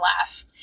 laugh